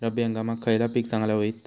रब्बी हंगामाक खयला पीक चांगला होईत?